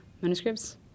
manuscripts